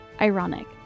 ironic